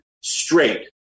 straight